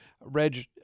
Reg